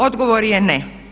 Odgovor je ne.